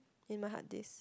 in my hard disk